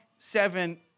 seven